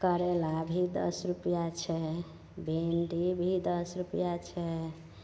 करैला भी दस रुपैआ छै भिण्डी भी दस रुपैआ छै